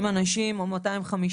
20 אנשים או 250 אנשים.